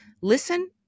listen